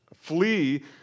flee